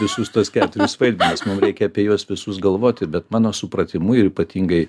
visus tuos keturis vaidmenis mum reikia apie juos visus galvoti bet mano supratimu ir ypatingai